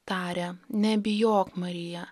taria nebijok marija